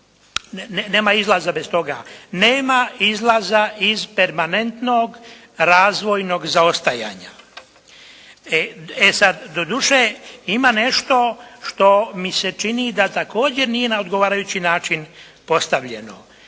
nema izlaza bez toga. Nema izlaza iz permanentnog razvojnog zaostajanja. E sada doduše ima nešto što mi se čini da također nije na odgovarajući način postavljeno.